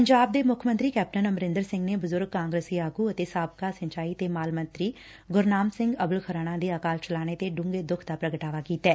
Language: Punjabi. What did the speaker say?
ਪੰਜਾਬ ਦੇ ਮੁੱਖ ਮੰਤਰੀ ਕੈਪਟਨ ਅਮਰੰਦਰ ਸਿੰਘ ਨੇ ਬਜੁਰਗ ਕਾਗਰਸੀ ਆਗੁ ਅਤੇ ਸਾਬਕਾ ਸਿੰਜਾਈ ਤੇ ਮਾਲ ਮੰਤਰੀ ਗੁਰਨਾਮ ਸਿੰਘ ਅਬੁਲ ਖੁਰਾਣਾ ਦੇ ਅਕਾਲ ਚਲਾਣੇ ਤੇ ਡੁੰਘੇ ਦੁੱਖ ਦਾ ਪੁਗਟਾਵਾ ਕੀਤੈ